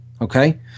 Okay